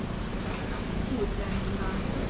said baragat, who was standing by.